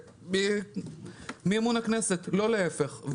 מאמון הכנסת, לא להפך.